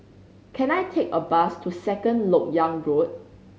can I take a bus to Second Lok Yang Road